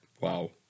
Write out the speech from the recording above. Wow